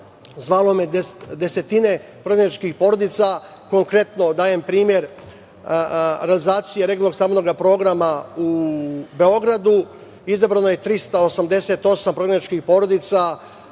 Zvalo me je desetine prognanih porodica. Konkretno, dajem primer realizacije regularnog stambenog programa u Beogradu. Izabrano je 388 prognanih porodica,